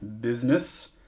business